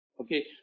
Okay